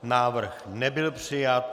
Návrh nebyl přijat.